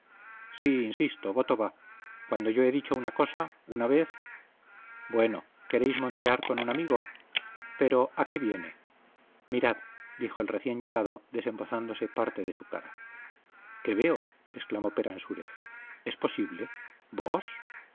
sí insisto voto va cuando yo he dicho una cosa una vez bueno queréis montear con un amigo pero a qué viene mirad dijo el recién llegado desembozándose parte de su cara qué veo exclamó peransúrez es posible vos